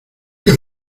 que